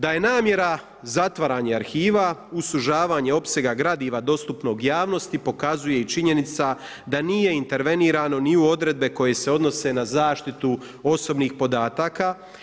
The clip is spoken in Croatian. Da je namjera zatvaranje arhiva uz sužavanje opsega gradiva dostupnog javnosti pokazuje i činjenica da nije intervenirano ni u odredbe koje se odnose na zaštitu osobnih podataka.